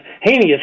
heinous